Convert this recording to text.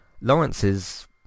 Lawrence's